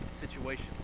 situation